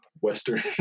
Western